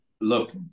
look –